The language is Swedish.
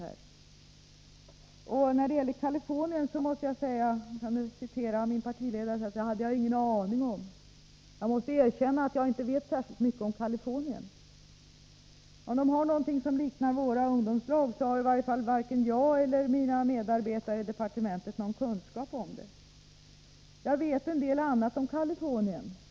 När det gäller det som sades om Kalifornien måste jag citera min partiledare och säga att ”det hade jag ingen aning om”. Jag måste erkänna att jag inte vet särskilt mycket om Kalifornien. Om man där har någonting som liknar våra ungdomslag har i varje fall varken jag eller mina medarbetare i departementet någon kunskap om det. Jag vet en del annat om Kalifornien.